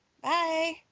Bye